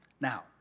Now